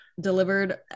delivered